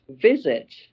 visit